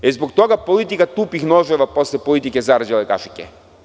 Da li je zbog toga politika tupih noževa posle politike zarđale kašike?